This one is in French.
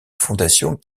fondation